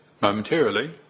momentarily